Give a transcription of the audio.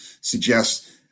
suggests